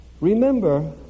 Remember